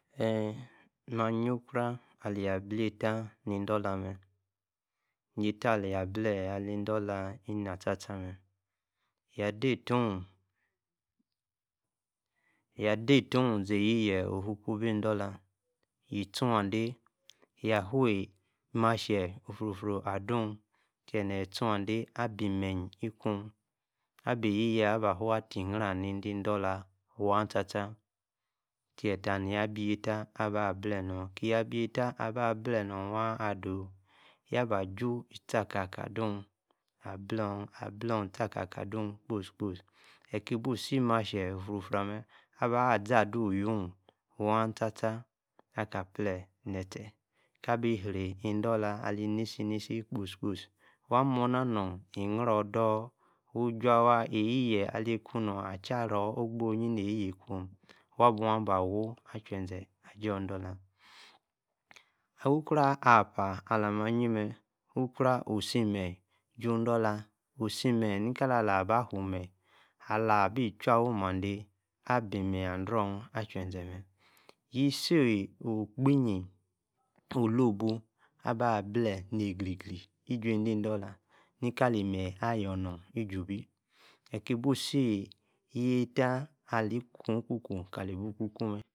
EEeh, maa-ayiekro, aliey, abli-yataa, ni-dula-mee yataa, aliey ablee ali-dula, ina tiata mee yaa, de-etoh, yaa de-etoh zia-eyiiyee, oo-whu kuu-bi-idola, yiee, tuwa-ade, yaa whoo mashie ufrufru, ado adu, chie, nieyi itwoa ade, nieye aba- meyi-ikuun, aba-eyihee abaa whoo, atiyrion, nede-idula, wam-tator tietaa, nia-biata, ablee, nor kia, abiataa aba-blee nor waa aduo, yaa baa-ju, eti-akaka, aduun, ablun, eti-akaka aduun kposi-kposi, eke-buu, isi mashie, otiu-fiu, amaa, azadu-uwi-oo, wanstata aka, plee netie, kabi-rey idula, ani-nisi-nisi kposi waa, moona, nor, ki-riow dul, wuju-gwaa, eyieye, ali-kuu, atiarow, ogboyi, ne-eyiyie ikwom. waa, bua ba wuu, acheze, aju-idula, ukro-apa ala-ma-ayi-mee, ukro, osimeyi ju-dola, osemeyi nikala-la-ba, wuu-meyi, ala-bi, chui, awi-mande abi-meyi, adrun, acheze, mee, yisi, ogbeyi, olobu aba-ablee, nia-egri-gri, iju, ede-idula, nikali-meyi, ayaa nor, iju-bi, eki-bu-si, yietaa ali-kum-eku-kuu, kali-ibuu, ku-kuu mee.